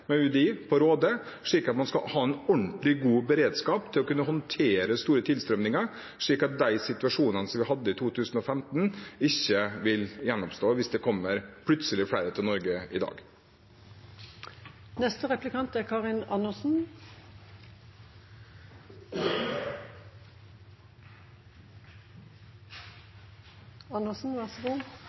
Man får da en ordentlig god beredskap for å kunne håndtere store tilstrømninger, slik at de situasjonene vi hadde i 2015, ikke vil gjenoppstå hvis det plutselig kommer flere til Norge i dag.